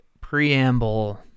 preamble